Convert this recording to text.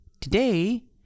Today